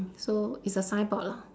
so it's a signboard lah